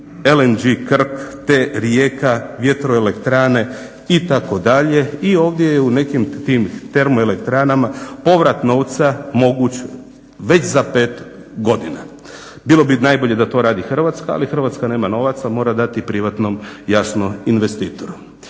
LNG Krk te Rijeka, vjetroelektrane itd. I ovdje je u nekim tim termoelektranama povrat novca moguć već za 5 godina. Bilo bi najbolje da to radi Hrvatska, ali Hrvatska nema novaca mora dati privatnom jasno investitoru.